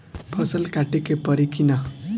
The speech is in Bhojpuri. फसल काटे के परी कि न?